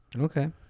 Okay